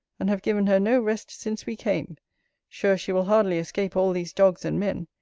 and have given her no rest since we came sure she will hardly escape all these dogs and men.